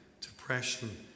depression